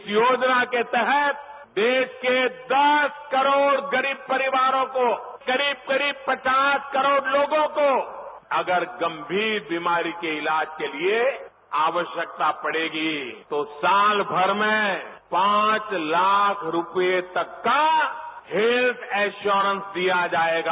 इस योजना के तहत देश के दस करोड़ गरीब परिवारों को करीब करीब पचास करोड़ लोगों को अगर गंभीर बीमारी के इलाज के लिए आवश्यकता पड़ेगी तो सालभर में पांच लाख रूपये तक का हेल्थ इंश्योरेंश दिया जाएगा